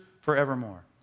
forevermore